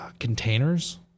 Containers